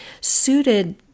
suited